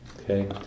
okay